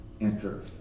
Enter